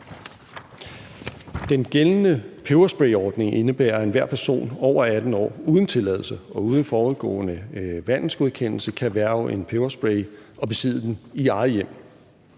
Den gældende pebersprayordning indebærer, at enhver person over 18 år uden tilladelse og uden forudgående vandelsgodkendelse kan erhverve en peberspray og besidde den i eget hjem.